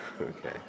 Okay